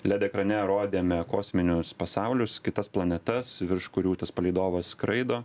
led ekrane rodėme kosminius pasaulius kitas planetas virš kurių tas palydovas skraido